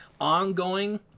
Ongoing